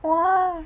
!wah!